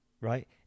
right